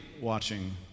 watching